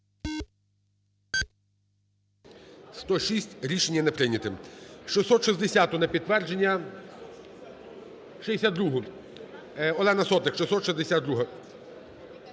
За-106 Рішення не прийнято. 660-у – на підтвердження. 62-у. Олена Сотник, 662-а.